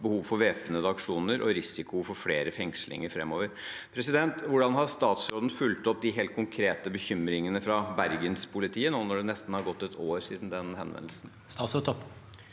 behov for væpnede aksjoner og risiko for flere fengslinger framover. Hvordan har statsråden fulgt opp de helt konkrete bekymringene fra bergenspolitiet, nesten et år etter den henvendelsen?